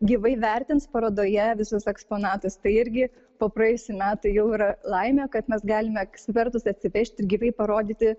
gyvai vertins parodoje visus eksponatus tai irgi po praėjusių metų jau yra laimė kad mes galime ekspertus atsivežti gyvai parodyti